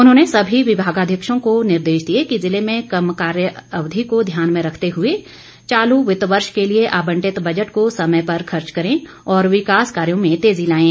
उन्होंने सभी विभागाध्यक्षों को निर्देश दिए कि जिले में कम कार्य अवधि को ध्यान में रखते हुए चालू वित्त वर्ष के लिए आंबटित बजट को समय पर खर्च करें और विकास कार्यों में तेजी लाएं